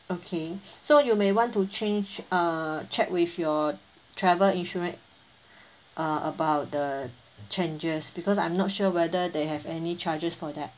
okay so you may want to change err check with your travel insurance err about the changes because I'm not sure whether they have any charges for that